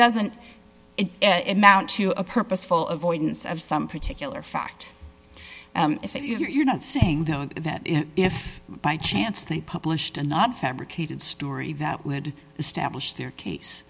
doesn't it mount to a purposeful avoidance of some particular fact if you're not saying though that if by chance they published a not fabricated story that would establish their case